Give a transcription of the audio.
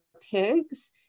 pigs